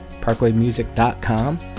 parkwaymusic.com